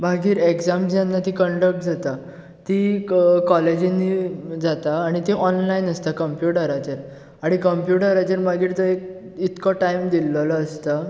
मागीर एग्जाम जेन्ना ती कंडक्ट जाता ती कॉलेजींनी जाता आनी ती ऑनलायन आसता कंम्प्युटराचेर आनी कंम्प्युटराचेर मागीर थंय इतको टायम दिल्लो आसता